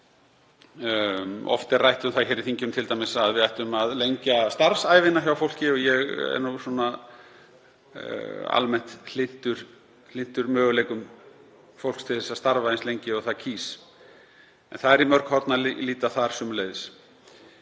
Oft er rætt um það hér í þinginu t.d. að við ættum að lengja starfsævina hjá fólki og ég er svona almennt hlynntur möguleikum fólks til þess að starfa eins lengi og það kýs. Það er í mörg horn að líta þar sömuleiðis.